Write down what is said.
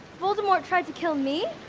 voldemort tried to kill me?